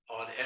on